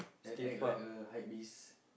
and act like a hype beast